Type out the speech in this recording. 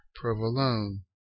provolone